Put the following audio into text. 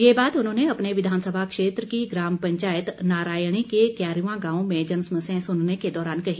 ये बात उन्होंने अपने विधानसभा क्षेत्र की ग्राम पंचायत नारायणी के क्यारूआ गांव में जनसमस्याएं सुनने के दौरान कही